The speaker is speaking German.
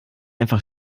einfach